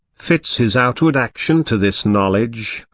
fits his outward action to this knowledge,